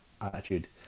Attitude